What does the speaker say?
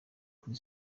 kuri